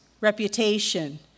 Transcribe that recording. reputation